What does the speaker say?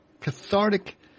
cathartic